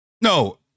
No